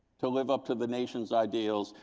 to live up to the nation's ideals,